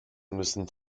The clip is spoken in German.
müssen